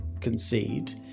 concede